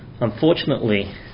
Unfortunately